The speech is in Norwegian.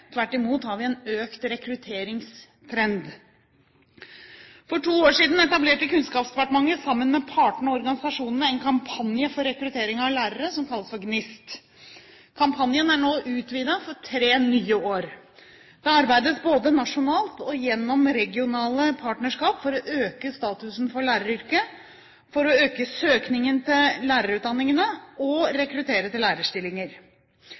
Tvert imot har vi en økt rekrutteringstrend. For to år siden etablert Kunnskapsdepartementet, sammen med partene og organisasjonene, en kampanje for rekruttering av lærere, som kalles GNIST. Kampanjen er nå utvidet til tre nye år. Det arbeides både nasjonalt og gjennom regionale partnerskap for å øke statusen for læreryrket, for å øke søkningen til lærerutdanningene og for å rekruttere til lærerstillinger.